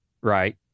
right